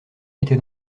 était